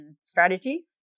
strategies